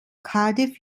cardiff